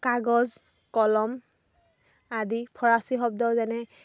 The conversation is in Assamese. কাগজ কলম আদি ফৰাচী শব্দ যেনে